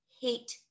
hate